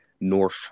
North